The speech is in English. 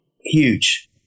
huge